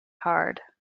hard